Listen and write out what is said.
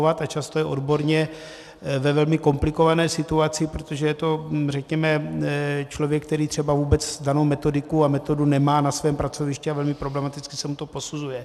A často je odborně ve velmi komplikované situaci, protože je to řekněme člověk, který třeba vůbec danou metodiku a metodu nemá na svém pracovišti a velmi problematicky se mu to posuzuje.